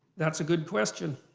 that's a good question.